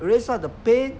raise up the pain